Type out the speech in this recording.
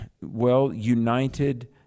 well-united